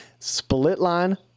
SPLITLINE